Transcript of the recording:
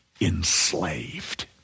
enslaved